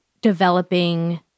developing